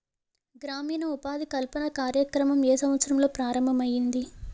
గ్రామీణ ఉపాధి కల్పన కార్యక్రమం ఏ సంవత్సరంలో ప్రారంభం ఐయ్యింది?